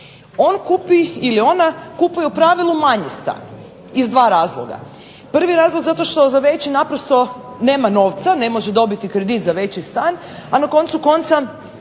on ili ona kupuje u pravilu manji stan. Iz dva razloga, prvi razlog što za veći naprosto nema novca, ne može dobiti kredit za veći stan, a na koncu konca